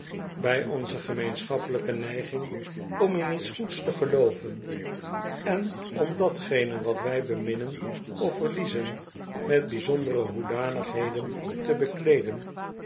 bij onze gemeenschappelijke neiging om in iets goeds te gelooven en om datgene wat wij beminnen of verliezen met bijzondere hoedanigheden te bekleeden